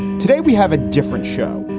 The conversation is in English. today we have a different show.